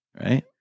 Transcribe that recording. right